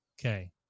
Okay